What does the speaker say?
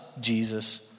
Jesus